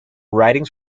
writings